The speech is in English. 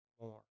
more